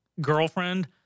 girlfriend